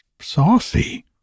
saucy